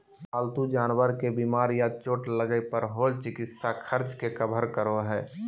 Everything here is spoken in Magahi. पालतू जानवर के बीमार या चोट लगय पर होल चिकित्सा खर्च के कवर करो हइ